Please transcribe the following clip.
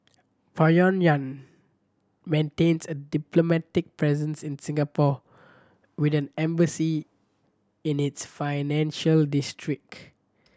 Pyongyang maintains a diplomatic presence in Singapore with an embassy in its financial district